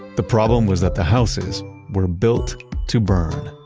the problem was that the houses were built to burn.